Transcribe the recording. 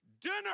dinner